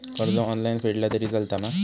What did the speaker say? कर्ज ऑनलाइन फेडला तरी चलता मा?